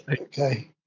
Okay